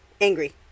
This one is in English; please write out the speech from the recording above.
angry